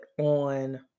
on